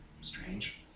Strange